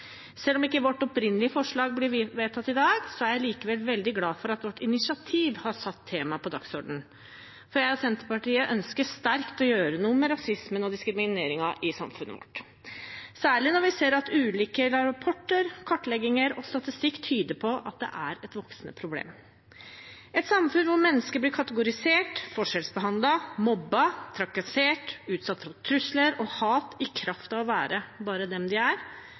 dag, er jeg likevel veldig glad for at vårt initiativ har satt temaet på dagsordenen, for jeg og Senterpartiet ønsker sterkt å gjøre noe med rasismen og diskrimineringen i samfunnet vårt – særlig når vi ser at ulike rapporter, kartlegginger og statistikk tyder på at det er et voksende problem. Et samfunn hvor mennesker blir kategorisert, forskjellsbehandlet, mobbet, trakassert og utsatt for trusler og hat i kraft av bare å være den de er,